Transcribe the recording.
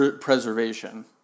preservation